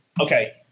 Okay